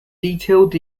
detailed